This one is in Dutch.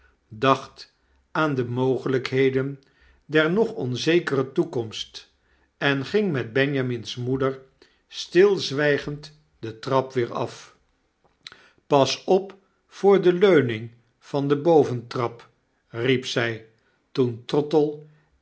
dacht aan de mogelijkheden der nog onzekere toekomst en ging met benjamin's moeder stilzwygend de trap weer af pas op voor de leunihgvande boventrap riep zy toen trottle